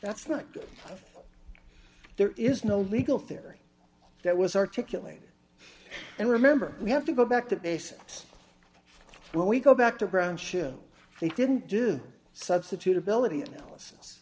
that's not good there is no legal theory that was articulated and remember we have to go back to basics when we go back to ground shift they didn't do substitutability analysis